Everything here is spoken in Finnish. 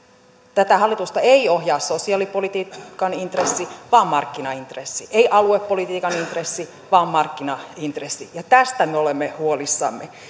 tätä hallitusta ei ohjaa sosiaalipolitiikan intressi vaan markkinaintressi ei aluepolitiikan intressi vaan markkinaintressi ja tästä me olemme huolissamme